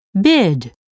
Bid